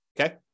okay